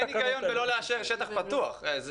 אין היגיון לא לאשר שטח פתוח.